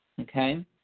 okay